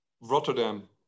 Rotterdam